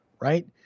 right